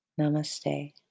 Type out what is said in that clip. Namaste